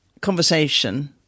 conversation